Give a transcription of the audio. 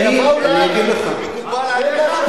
זה היה מקובל עליך?